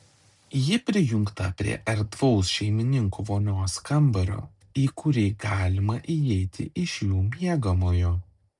ji prijungta prie erdvaus šeimininkų vonios kambario į kurį galima įeiti iš jų miegamojo